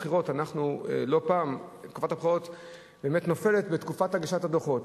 לא פעם תקופת הבחירות נופלת בתקופת הגשת הדוחות,